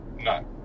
No